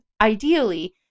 Ideally